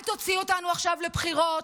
אל תוציא אותנו עכשיו לבחירות,